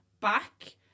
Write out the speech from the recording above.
Back